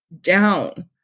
down